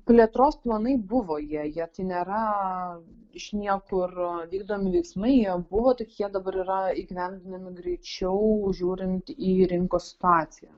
plėtros planai buvo jie jie tai nėra iš niekur vykdomi veiksmai jie buvo tik jie dabar yra įgyvendinami greičiau žiūrint į rinkos situaciją